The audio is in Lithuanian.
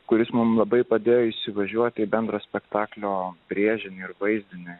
kuris mums labai padėjo įsivažiuoti į bendrą spektaklio brėžinį ir vaizdinius